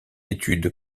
étude